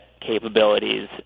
capabilities